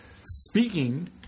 Speaking